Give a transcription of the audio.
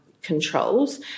controls